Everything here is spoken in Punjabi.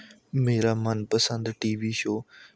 ਮੇਰਾ ਮਨਪਸੰਦ ਟੀ ਵੀ ਸ਼ੋਅ